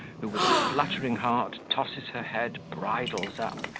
who, with a fluttering heart, tosses her head, bridles up,